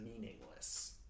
meaningless